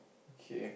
okay